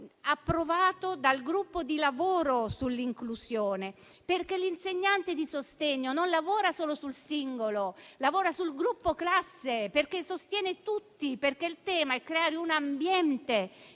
approvato dal gruppo di lavoro sull'inclusione. L'insegnante di sostegno lavora non solo sul singolo, ma sul gruppo-classe, perché sostiene tutti. Il tema è creare un ambiente